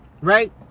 right